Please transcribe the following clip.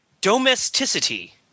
Domesticity